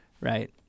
right